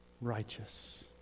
righteous